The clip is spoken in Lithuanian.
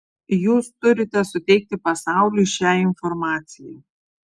jūs turite suteikti pasauliui šią informaciją